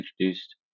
introduced